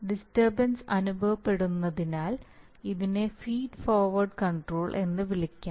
disturbance അനുഭവപ്പെടുന്നതിനാൽ ഇതിനെ feed forward control എന്ന് വിളിക്കാം